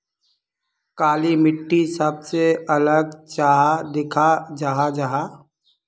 काली मिट्टी सबसे अलग चाँ दिखा जाहा जाहा?